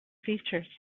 features